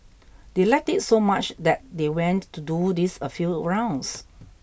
they liked it so much that they went to do this a few rounds